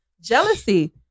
Jealousy